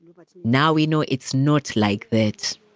but now we know it's not like that.